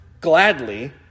gladly